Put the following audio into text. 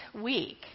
week